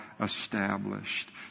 established